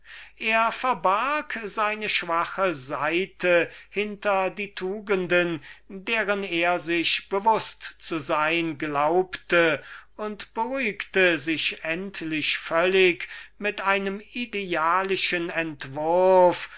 er verbarg seine schwache seite hinter die tugenden deren er sich bewußt zu sein glaubte und beruhigte sich endlich völlig mit einem idealischen entwurf